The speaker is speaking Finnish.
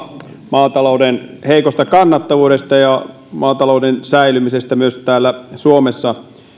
maatalouden heikosta kannattavuudesta ja maatalouden säilymisestä täällä suomessa